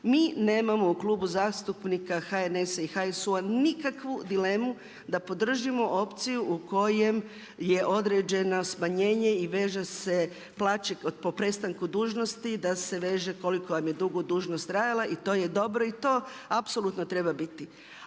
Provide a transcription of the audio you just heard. Mi nemamo u klubu zastupnika HNS-a i HSU-a nikakvu dilemu da podržimo opciju u kojem je određeno smanjenje i veže se plaće po prestanku dužnosti da se veže koliko vam je dugo dužnost trajala. I to je dobro i to apsolutno treba biti,